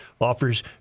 offers